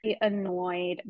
annoyed